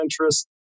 interest